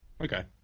Okay